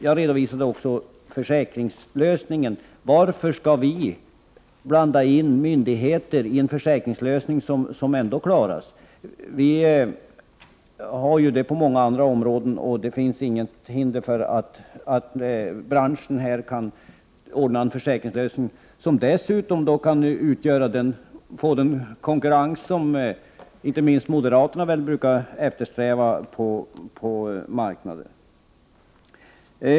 Jag redogjorde också för frågan om försäkringslösningen och sade: Varför skall vi blanda in myndigheter i en försäkringslösning som ändå klaras? Vi har ju motsvarande lösning på många andra områden, och inget hindrar att den här branschen kan ordna en försäkringslösning. Det kan dessutom innebära den konkurrens som moderaterna brukar eftersträva på skilda marknader.